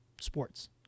sports